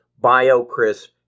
BioCRISP